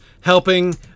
helping